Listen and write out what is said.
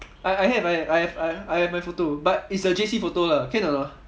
I I I have I have I have my photo but it's a J_C photo lah can or not ah